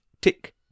Tick